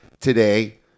today